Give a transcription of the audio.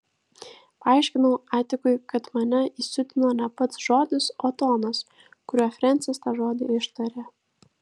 paaiškinau atikui kad mane įsiutino ne pats žodis o tonas kuriuo frensis tą žodį ištarė